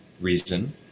reason